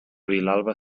vilalba